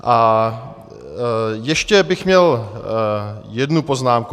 A ještě bych měl jednu poznámku.